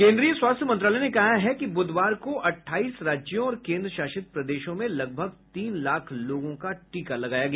केन्द्रीय स्वास्थ्य मंत्रालय ने कहा है कि बुधवार को अट्ठाईस राज्यों और केंद्र शासित प्रदेशों में लगभग तीन लाख लोगों का टीका लगाया गया